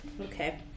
Okay